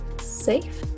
safe